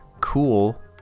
cool